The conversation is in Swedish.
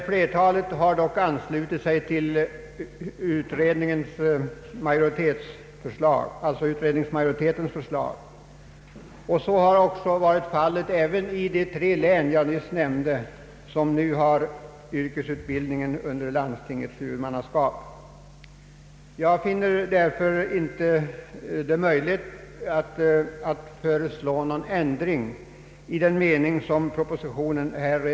Flertalet har dock anslutit sig till utredningsmajoritetens förslag. Så har varit fallet även i de tre län jag nyss nämnde, där yrkesutbildningen står under landstingets huvudmannaskap. Jag har för min del därför nu inte funnit det möjligt att föreslå någon ändring av propositionens förslag.